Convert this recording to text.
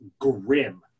grim